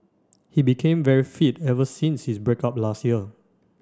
he became very fit ever since his break up last year